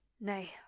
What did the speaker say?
nay